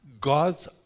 God's